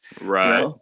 Right